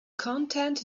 content